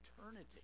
eternity